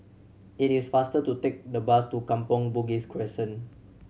it is faster to take the bus to Kampong Bugis Crescent